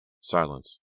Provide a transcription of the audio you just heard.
Silence